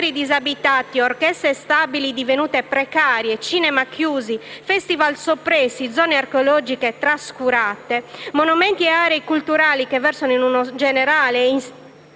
teatri disabitati, orchestre stabili divenute precarie, cinema chiusi, festival soppressi, zone archeologiche trascurate, monumenti e aree culturali che versano in un generale e vero